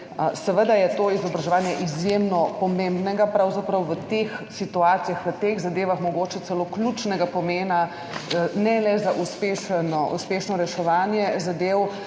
Seveda je to izobraževanje pravzaprav izjemnega pomena v teh situacijah, v teh zadevah mogoče celo ključnega pomena, ne le za uspešno reševanje zadev,